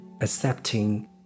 accepting